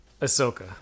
Ahsoka